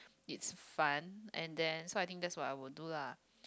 it's fun and then so I think that's what I will do lah